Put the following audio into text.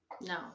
No